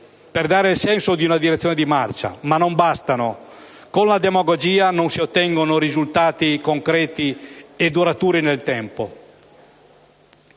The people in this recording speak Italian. per dare il senso di una direzione di marcia, ma non bastano. Con la demagogia non si ottengono risultati concreti e duraturi nel tempo.